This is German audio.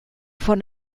von